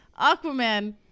Aquaman